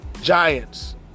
Giants